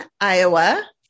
Iowa